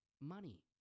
money